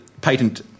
patent